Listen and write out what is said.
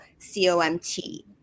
COMT